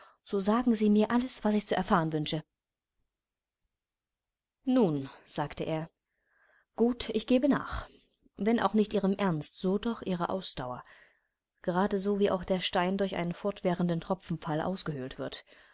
so sagen sie mir alles was ich zu erfahren wünsche nun sagte er gut ich gebe nach wenn auch nicht ihrem ernst so doch ihrer ausdauer gerade so wie auch der stein durch einen fortwährenden tropfenfall ausgehöhlt wird